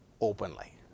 openly